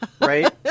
Right